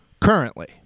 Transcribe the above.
currently